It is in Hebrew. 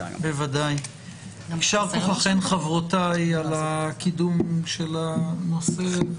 יישר כוחכן חברותיי על קידום הנושא.